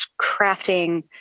crafting